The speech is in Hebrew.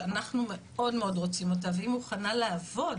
שאנחנו מאוד רוצים אותה והיא מוכנה לעבוד,